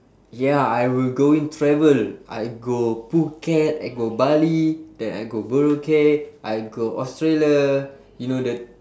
ya I will going travel I go phuket I go bali then I go boracay I go australia you know the